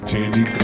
Tandy